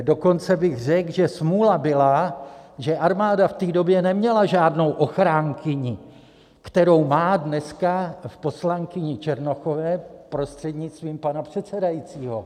Dokonce bych řekl, že smůla byla, že armáda v té době neměla žádnou ochránkyni, kterou má dneska v poslankyni Černochové, prostřednictvím pana předsedajícího.